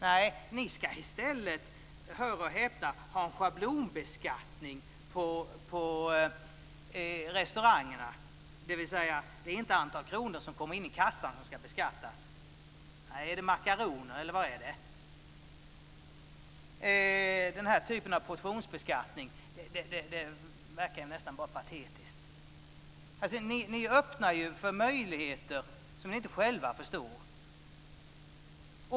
Nej, ni ska i stället, hör och häpna, ha en schablonbeskattning på restaurangerna. Det är alltså inte antalet kronor som kommer in i kassan som ska beskattas. Är det makaroner, eller vad är det? Den här typen av portionsbeskattning är nästan bara patetisk. Ni öppnar ju för möjligheter som ni inte själva förstår.